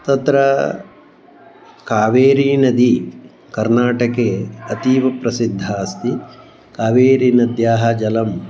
तत्र कावेरीनदी कर्नाटके अतीव प्रसिद्धा अस्ति कावेरीनद्याः जलम्